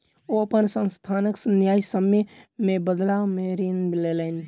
ओ अपन संस्थानक न्यायसम्य के बदला में ऋण लेलैन